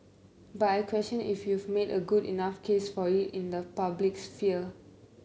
but I question if you've made a good enough case for it in the public sphere